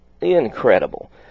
Incredible